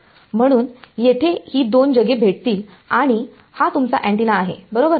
म्हणून येथे ही दोन जगे भेटतील आणि हा तुमचा अँटीना आहे बरोबर